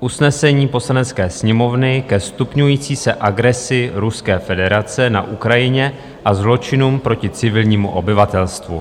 Usnesení Poslanecké sněmovny ke stupňující se agresi Ruské federace na Ukrajině a zločinům proti civilnímu obyvatelstvu.